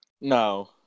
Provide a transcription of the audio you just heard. no